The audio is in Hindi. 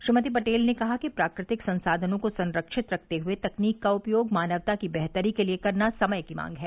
श्रीमती पटेल ने कहा कि प्राकृतिक संसाधनों को संरक्षित रखते हुए तकनीक का उपयोग मानवता की बेहतरी के लिये करना समय की मांग है